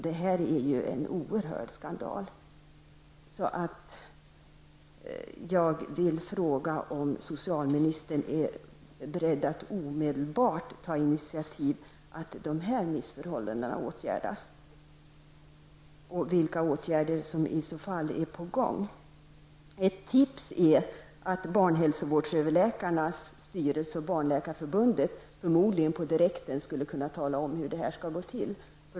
Detta är en oerhörd skandal. Barnläkarförbundet förmodligen på direkten skulle kunna tala om hur detta skall gå till.